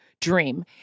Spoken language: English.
Dream